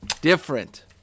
Different